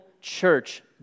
church